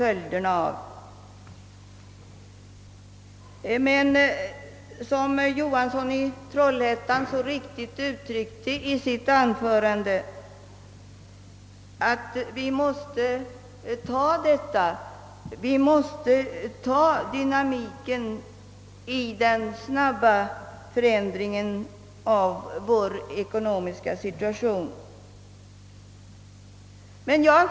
Herr Johansson i Trollhättan framhöll så riktigt i sitt anförande, att vi måste acceptera den dynamik som den snabba förändringen av vår ekonomiska situation medför.